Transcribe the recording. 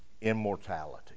immortality